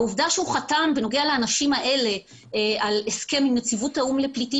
העובדה שהוא חותם בנוגע לאנשים האלה על הסכם עם נציבות האו"מ לפליטים,